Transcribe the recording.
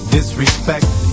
Disrespect